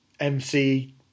MC